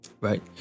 right